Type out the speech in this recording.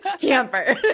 camper